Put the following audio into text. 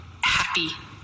happy